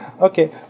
Okay